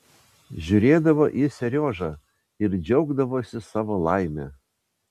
žiūrėdavo į seriožą ir džiaugdavosi savo laime